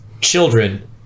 children